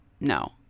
no